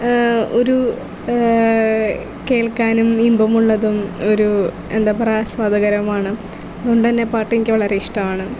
ഒരു കേൾക്കാനും ഇമ്പമുള്ളതും ഒരു എന്താണ് പറയുക ആസ്വാദ്യകരമാണ് അതുകൊണ്ട് തന്നെ പാട്ട് എനിക്ക് വളരെ ഇഷ്ട്ടമാണ്